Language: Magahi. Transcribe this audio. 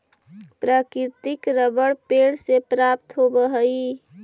प्राकृतिक रबर पेड़ से प्राप्त होवऽ हइ